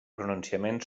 pronunciament